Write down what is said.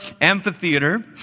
amphitheater